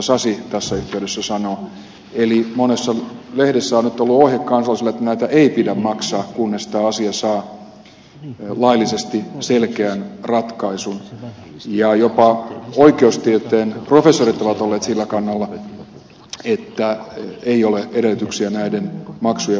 sasi tässä yhteydessä sanoo eli monessa lehdessä on nyt ollut ohje kansalaisille että näitä ei pidä maksaa kunnes tämä asia saa laillisesti selkeän ratkaisun ja jopa oikeustieteen professorit ovat olleet sillä kannalla että ei ole edellytyksiä näiden maksujen määräämiseen